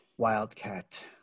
wildcat